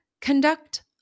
conduct